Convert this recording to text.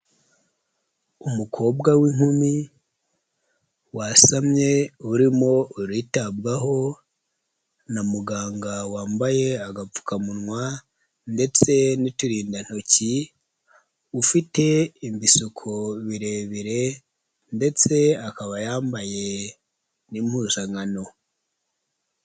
Umukobwa w'inkumi wasamye urimo uritabwaho na muganga wambaye agapfukamunwa ndetse n'uturindantoki, ufite ibisuku birebire ndetse akaba yambaye n'impuzankano.